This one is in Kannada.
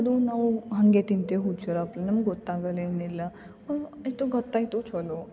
ಅದು ನಾವು ಹಂಗೆ ತಿಂತೀವಿ ಹುಚ್ರಪ್ಲೆ ನಮ್ಗೆ ಗೊತ್ತಾಗೋಲ್ಲ ಏನಿಲ್ಲ ಇದು ಗೊತ್ತೈತು ಚೊಲೋ